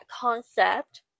concept